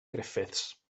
griffiths